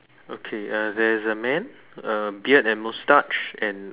okay uh there is a man um beard and mustache and